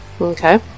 Okay